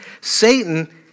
Satan